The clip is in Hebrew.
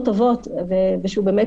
בה לממונה ולמי שיורה בית המשפט ובתנאים